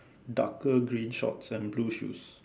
darker green shorts and blue shoes